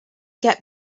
get